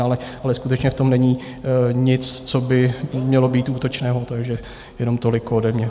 Ale skutečně v tom není nic, co by mělo být útočného, takže jenom toliko ode mě.